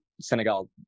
Senegal